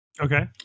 Okay